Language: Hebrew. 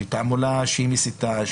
תעמולה שהיא מסיתה,